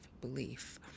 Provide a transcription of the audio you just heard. belief